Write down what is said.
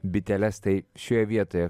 biteles tai šioj vietoje